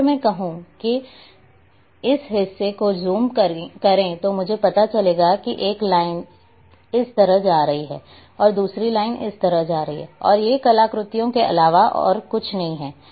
अगर मैं कहूं कि इस हिस्से को ज़ूम करें तो मुझे पता चलेगा कि एक लाइन इस तरह जा रही है और दूसरी लाइन इस तरह जा रही है और ये कलाकृतियों के अलावा और कुछ नहीं हैं